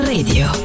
Radio